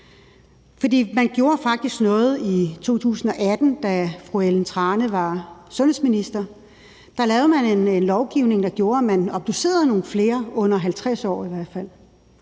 man gjorde faktisk noget i 2018, da fru Ellen Trane Nørby var sundhedsminister. Der lavede man en lovgivning, der gjorde, at man obducerede nogle flere, under 50 år i hvert fald,